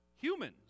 humans